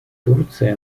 турции